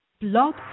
Blog